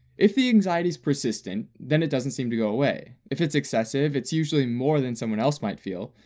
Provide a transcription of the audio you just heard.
if the anxiety's persistent, then it doesn't seem to go away, if it's excessive, it's usually more than someone else might feel,